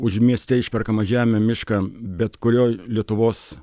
už mieste išperkamą žemę mišką bet kurioj lietuvos